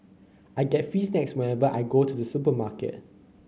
I get free snacks whenever I go to the supermarket